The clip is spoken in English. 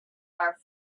our